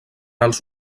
els